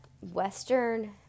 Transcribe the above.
Western